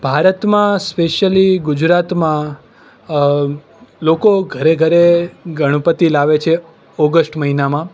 ભારતમાં સ્પેશ્યલી ગુજરાતમાં લોકો ઘરે ઘરે ગણપતિ લાવે છે ઓગસ્ટ મહિનામાં